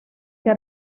que